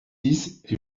dix